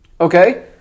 Okay